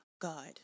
God